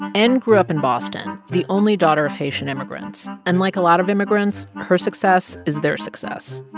n grew up in boston, the only daughter of haitian immigrants. and like a lot of immigrants, her success is their success.